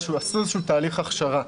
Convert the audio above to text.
הם עשו איזה שהוא תהליך הכשרה,